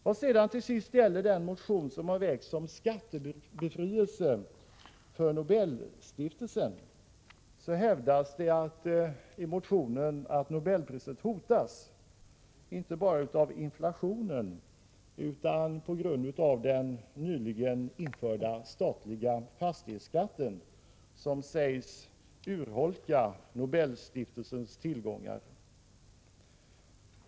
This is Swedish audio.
Vad sedan till sist gäller den motion som har väckts om skattebefrielse för Nobelstiftelsen hävdas det i motionen att nobelpriset hotas inte bara av inflationen utan också av den nyligen införda statliga fastighetsskatten, som sägs urholka Nobelstiftelsens tillgångar.